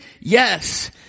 Yes